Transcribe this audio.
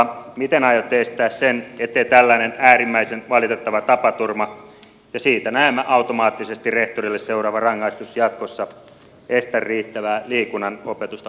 miten aiotte estää sen ettei tällainen äärimmäisen valitettava tapaturma ja siitä näemmä automaattisesti rehtorille seuraava rangaistus jatkossa estä riittävää liikunnan opetusta kouluissa